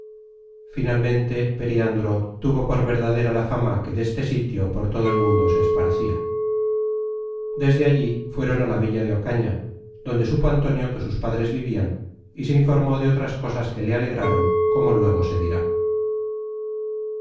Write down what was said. finalmente periandro tuvo por verdadera la fama que deste sitio por todo el mundo se esparcia desde allí fueron a la villa de ocaña donde supo antonio que sus padres vivian y se informó de otras cosas que le alegraron como luego se dirá